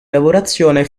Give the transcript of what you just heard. lavorazione